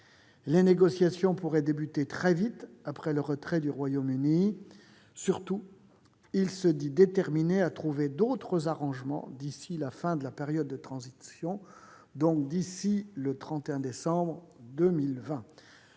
les négociations pourraient commencer très vite après le retrait du Royaume-Uni. Surtout, il se dit déterminé à trouver d'autres arrangements d'ici à la fin de la période de transition, donc d'ici au 31 décembre 2020,